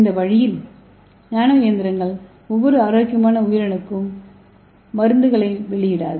இந்த வழியில் நானோ இயந்திரங்கள் எந்தவொரு ஆரோக்கியமான உயிரணுக்களுக்கும் மருந்துகளை வெளியிடாது